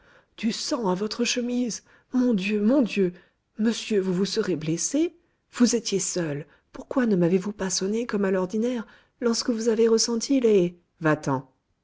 du sang à votre chemise mon dieu mon dieu monsieur vous vous serez blessé vous étiez seul pourquoi ne m'avez-vous pas sonné comme à l'ordinaire lorsque vous avez ressenti les